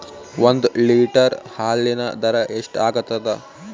ಒಂದ್ ಲೀಟರ್ ಹಾಲಿನ ದರ ಎಷ್ಟ್ ಆಗತದ?